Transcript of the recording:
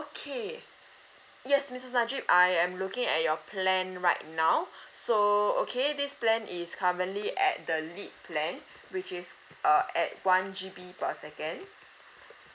okay yes missus najib I am looking at your plan right now so okay this plan is currently at the lite plan which is uh at one G_B per second